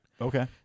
Okay